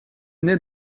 naît